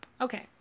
Okay